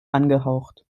angehaucht